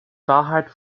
wahrheit